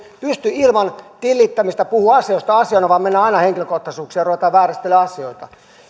pysty ilman tilittämistä puhumaan asioista asioina vaan että mennään aina henkilökohtaisuuksiin ja ruvetaan vääristelemään asioita